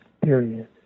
period